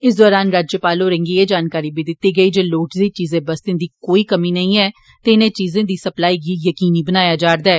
इस दौरान राज्यपाल होरेंगी एह जानकारी बी दित्ती गेई जे लोढ़चदी चीजें बस्ते दी कोई कमी नेंई ऐ ते इनें चीजे दी सप्लाई गी यकीनी बनाया जा करदा ऐ